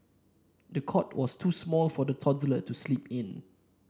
the cot was too small for the toddler to sleep in